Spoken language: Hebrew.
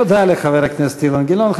תודה לחבר הכנסת אילן גילאון.